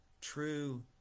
True